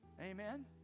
Amen